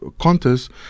contest